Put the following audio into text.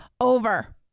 over